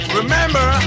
remember